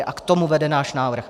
A k tomu vede náš návrh.